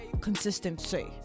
Consistency